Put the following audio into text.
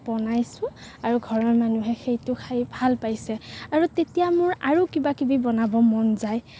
বনাইছো আৰু ঘৰৰ মানুহে সেইটো খাই ভাল পাইছে আৰু তেতিয়া মোৰ আৰু কিবাকিবি বনাব মন যায়